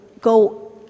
go